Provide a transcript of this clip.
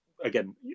again